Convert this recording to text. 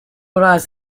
arrives